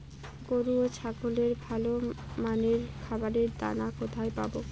গরু ও ছাগলের ভালো মানের খাবারের দানা কোথায় পাবো?